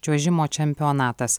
čiuožimo čempionatas